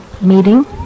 meeting